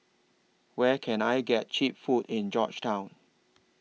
Where Can I get Cheap Food in Georgetown